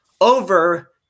over